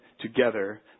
together